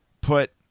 put